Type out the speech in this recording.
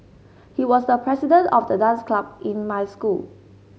he was the president of the dance club in my school